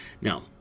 Now